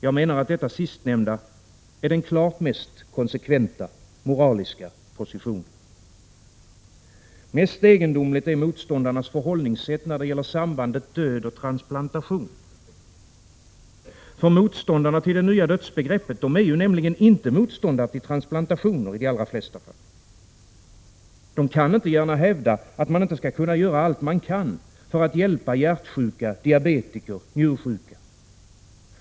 Jag menar att detta sistnämnda är den klart mest konsekventa moraliska positionen. Mest egendomligt är motståndarnas förhållningssätt när det gäller sambandet mellan död och transplantation. Motståndarna till det nya dödsbegreppet är nämligen i de allra flesta fall inte motståndare till transplantationer. I princip är de för transplantationer. De kan inte gärna hävda, att man inte skall göra allt man kan för att hjälpa hjärtsjuka, diabetiker och njursjuka.